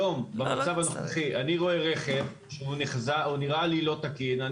במצב הנוכחי כאשר אני רואה רכב שנראה לי לא תקין,